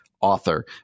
author